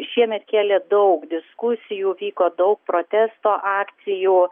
šiemet kėlė daug diskusijų vyko daug protesto akcijų